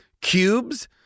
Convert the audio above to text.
cubes